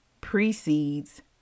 precedes